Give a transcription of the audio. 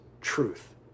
truth